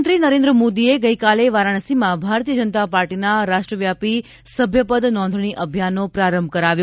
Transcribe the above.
પ્રધાનમંત્રી નરેન્દ્ર મોદીએ ગઇકાલે વારાણસીમાં ભારતીય જનતા પાર્ટીના રાષ્ટ્રવ્યાપી સભ્યપદ નોંધણી અભિયાનનો પ્રારંભ કરાવ્યો